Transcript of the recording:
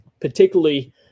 particularly